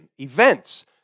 events